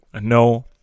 no